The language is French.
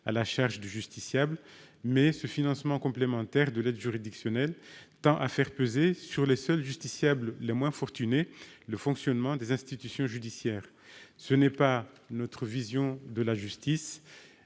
à la charge du justiciable, mais ce financement complémentaire de l'aide juridictionnelle tend à faire peser sur les seuls justiciables les moins fortunés le fonctionnement des institutions judiciaires. Ce n'est pas notre vision de la justice.